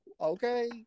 okay